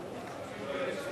אין.